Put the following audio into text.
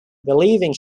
believing